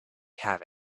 have